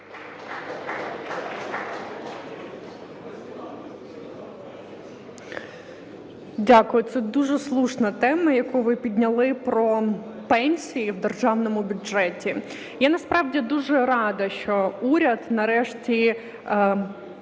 Дякую. Це дуже слушна тема, яку ви підняли, про пенсії в державному бюджеті. Я насправді дуже рада, що уряд нарешті